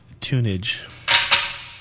tunage